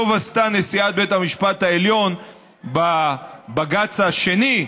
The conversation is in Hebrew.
טוב עשתה נשיאת בית המשפט העליון בבג"ץ השני,